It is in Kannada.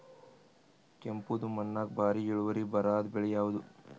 ಕೆಂಪುದ ಮಣ್ಣಾಗ ಭಾರಿ ಇಳುವರಿ ಬರಾದ ಬೆಳಿ ಯಾವುದು?